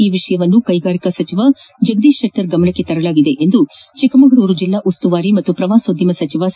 ಈ ವಿಷಯವನ್ನು ಕೈಗಾರಿಕ ಸಚಿವ ಜಗದೀಶ್ ಶೆಟ್ಟರ್ ಗಮನಕ್ಕೆ ತರಲಾಗಿದೆ ಎಂದು ಚಿಕ್ಕಮಗಳೂರು ಜೆಲ್ಲಾ ಉಸ್ತುವಾರಿ ಹಾಗೂ ಪ್ರವಾಸೋದ್ಯಮ ಸಚಿವ ಸಿ